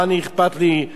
מה אכפת לי,